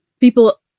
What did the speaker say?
people